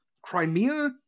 Crimea